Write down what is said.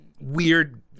weird